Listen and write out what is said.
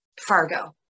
Fargo